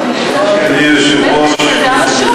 אדוני היושב-ראש,